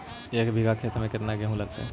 एक बिघा खेत में केतना गेहूं लगतै?